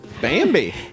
Bambi